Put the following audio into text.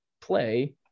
play